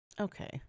Okay